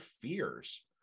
fears